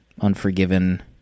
Unforgiven